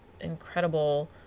incredible